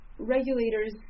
Regulators